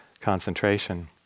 concentration